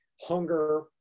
hunger